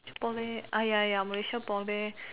boleh uh ya ya Malaysia boleh